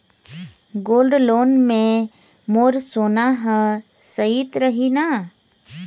Gold loan मे मोर सोना हा सइत रही न?